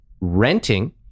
renting